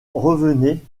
revenait